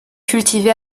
cultivée